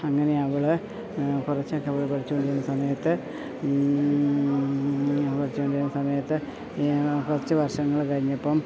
അങ്ങനെ അവൾ കുറച്ചൊക്കെ അവൾ പഠിച്ചു കൊണ്ടിരുന്ന സമയത്ത് പഠിച്ചു കൊണ്ടിരുന്ന സമയത്ത് കുറച്ച് വർഷങ്ങൾ കഴിഞ്ഞപ്പം